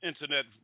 Internet